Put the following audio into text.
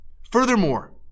Furthermore